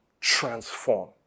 transform